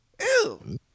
ew